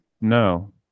no